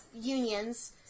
unions